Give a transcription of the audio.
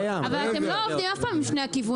אבל אתם לא עובדים אף פעם עם שני הכיוונים.